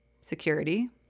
security